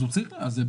אז זה בסדר.